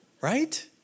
right